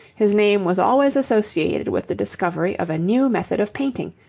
his name was always associated with the discovery of a new method of painting,